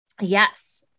Yes